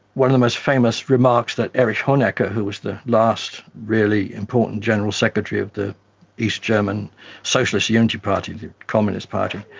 one of the most famous remarks that erich honecker, who was the last really important general secretary of the east german socialist unity party, communist party,